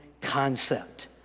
concept